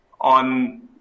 on